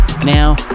Now